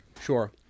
Sure